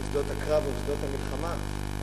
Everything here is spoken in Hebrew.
בשדות הקרב ובשדות המלחמה,